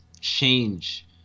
change